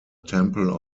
temple